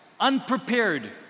unprepared